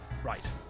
Right